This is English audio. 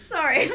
Sorry